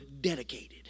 dedicated